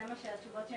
ואז הדואר רשום,